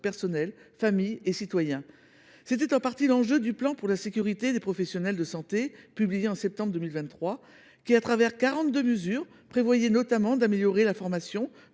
personnel, familles et citoyens. C’était en partie l’enjeu du plan pour la sécurité des professionnels de santé publié en septembre 2023 qui, parmi quarante deux mesures, prévoyait notamment d’améliorer la formation,